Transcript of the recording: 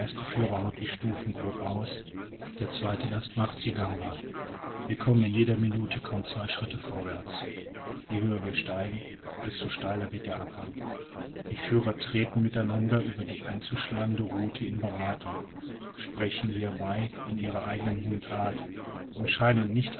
führer haut die stufen grob aus der zweite erst macht sie gangbar wir kommen in jeder minute kaum zwei schritte vorwärts je höher wir steigen desto steiler wird der abhang die führer treten mit einander über die einzuschlagende route in berathung sprechen hierbei in ihrer eigenen mundart und scheinen nicht